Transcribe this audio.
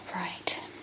right